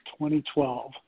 2012